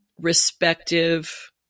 respective